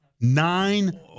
Nine